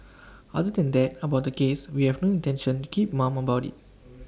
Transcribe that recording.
other than that about the case we have no intention to keep mum about IT